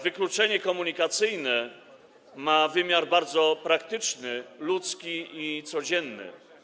Wykluczenie komunikacyjne ma wymiar bardzo praktyczny, ludzki i codzienny.